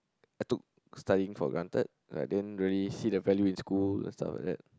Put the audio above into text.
I took studying for granted like I didn't really see the value in school stuff like that